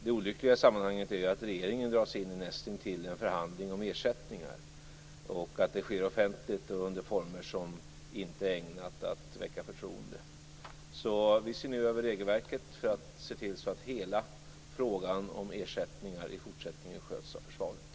Det olyckliga i sammanhanget är ju att regeringen dras in i näst intill en förhandling om ersättningar och att det sker offentligt och under former som inte är ägnat att väcka förtroende. Vi ser nu över regelverket för att se till så att hela frågan om ersättningar i fortsättningen sköts av försvaret.